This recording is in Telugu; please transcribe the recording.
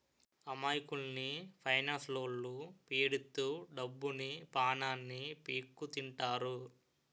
అమాయకుల్ని ఫైనాన్స్లొల్లు పీడిత్తు డబ్బుని, పానాన్ని పీక్కుతింటారు